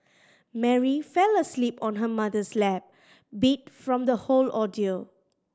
Mary fell asleep on her mother's lap beat from the whole ordeal